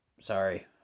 sorry